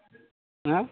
हा